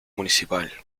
municipal